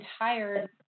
entire